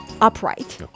upright